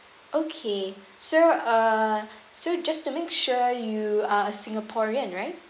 okay so uh so just to make sure you are a singaporean right